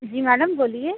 जी madam बोलिए